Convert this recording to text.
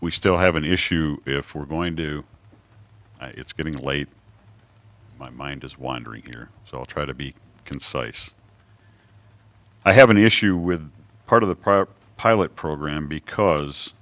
we still have an issue if we're going to it's getting late my mind is wandering here so i'll try to be concise i have an issue with part of the private pilot program because